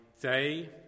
day